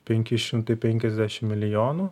penki šimtai penkiasdešim milijonų